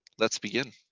let's begin.